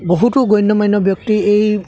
বহুতো গণ্য মান্য ব্যক্তি এই